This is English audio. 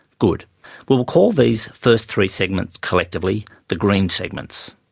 good. we will call these first three segments collectively the green segments.